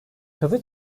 kazı